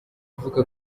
avuga